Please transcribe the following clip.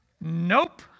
nope